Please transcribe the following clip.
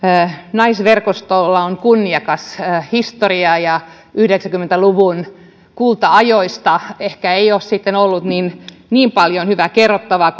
naisverkostolla on kunniakas historia ja sitten yhdeksänkymmentä luvun kulta aikojen ehkä ei ole ollut niin niin paljon hyvää kerrottavaa